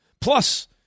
Plus